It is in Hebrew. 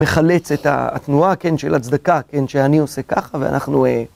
מחלץ את התנועה, כן, של הצדקה, כן, שאני עושה ככה, ואנחנו...